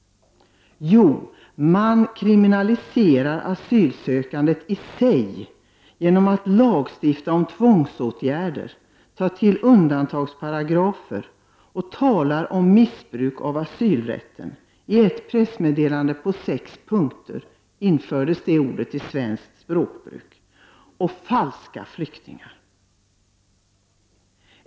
Jo, man kriminaliserar asylsökandet i sig genom att lagstifta om tvångsåtgärder, ta till undantagsparagrafer och tala om missbruk av asylrätten. Begreppen ”missbruk av asylrätt” och ”falska flyktingar” infördes i vårt språkbruk genom ett pressmeddelande bestående av sex punkter.